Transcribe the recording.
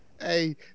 Hey